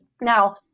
Now